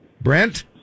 Brent